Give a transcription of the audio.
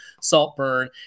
Saltburn